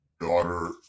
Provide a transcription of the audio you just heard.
daughter